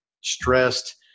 stressed